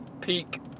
peak